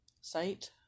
site